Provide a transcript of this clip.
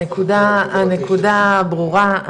הנקודה ברורה,